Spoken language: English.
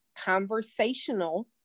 conversational